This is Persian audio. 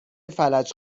فلج